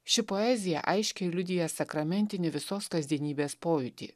ši poezija aiškiai liudija sakramentinį visos kasdienybės pojūtį